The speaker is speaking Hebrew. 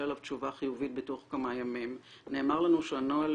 עליו תשובה חיובית בתוך כמה ימים - נאמר לנו שהנוהל